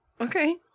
Okay